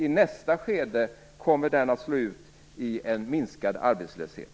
I nästa skede kommer den att slå ut i en minskad arbetslöshet.